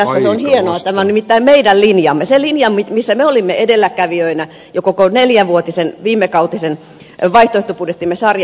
tämä on nimittäin meidän linjamme se linja missä me olimme edelläkävijöinä jo koko neljävuotisen viimekautisen vaihtoehtobudjettiemme sarjan